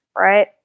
right